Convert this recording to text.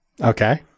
Okay